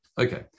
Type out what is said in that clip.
Okay